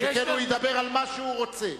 שכן הוא ידבר על מה שהוא רוצה.